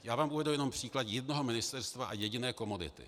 Já vám uvedu jenom příklad jednoho ministerstva a jediné komodity.